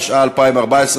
התשע"ה 2014,